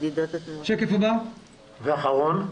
בשקף הבא --- ואחרון,